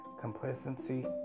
complacency